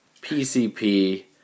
PCP